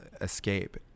Escape